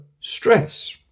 stress